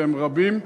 והם רבים.